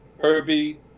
Herbie